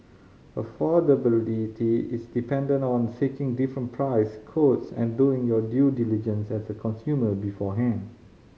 affordability is dependent on seeking different price quotes and doing your due diligence as a consumer beforehand